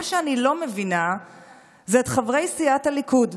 מה שאני לא מבינה זה את חברי סיעת הליכוד.